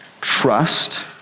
trust